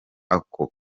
ako